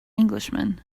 englishman